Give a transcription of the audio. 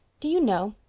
do you know,